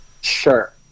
Sure